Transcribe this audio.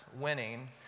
winning